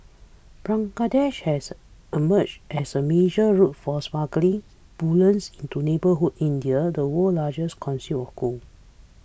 Bangladesh has emerged as a major route for smuggled bullion's into neighbourhood India the world's largest consumer of gold